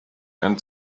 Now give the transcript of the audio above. end